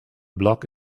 block